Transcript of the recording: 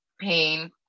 pain